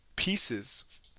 Pieces